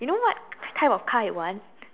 you know what type of car I want